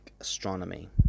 Astronomy